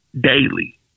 daily